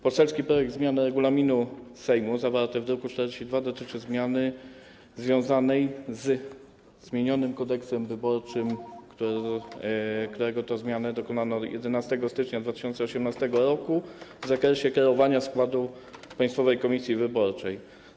Poselski projekt zmiany regulaminu Sejmu, zawarty w druku nr 42, dotyczy zmiany związanej ze zmienionym Kodeksem wyborczym, którego to zmiany dokonano 11 stycznia 2018 r. w zakresie kreowania składu Państwowej Komisji Wyborczej.